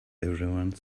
everyone